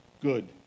good